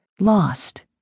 lost